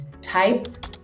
type